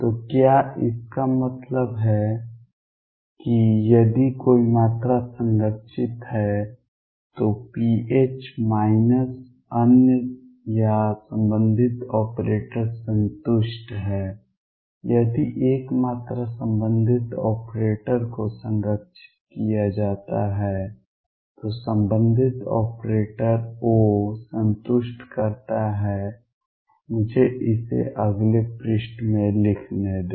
तो क्या इसका मतलब है कि यदि कोई मात्रा संरक्षित है तो pH माइनस अन्य या संबंधित ऑपरेटर संतुष्ट है यदि एक मात्रा संबंधित ऑपरेटर को संरक्षित किया जाता है तो संबंधित ऑपरेटर O संतुष्ट करता है मुझे इसे अगले पृष्ठ में लिखने दें